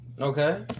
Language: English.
Okay